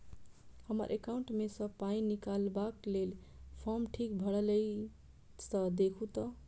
हम्मर एकाउंट मे सऽ पाई निकालबाक लेल फार्म ठीक भरल येई सँ देखू तऽ?